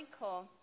cool